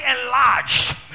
enlarged